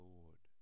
Lord